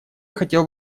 хотел